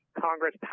Congress